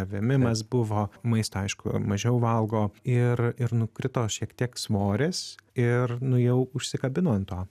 vėmimas buvo maisto aišku mažiau valgo ir ir nukrito šiek tiek svoris ir nu jau užsikabino ant to